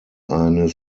eine